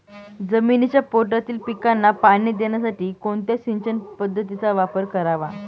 जमिनीच्या पोटातील पिकांना पाणी देण्यासाठी कोणत्या सिंचन पद्धतीचा वापर करावा?